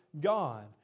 God